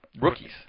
rookies